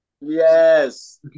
yes